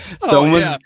Someone's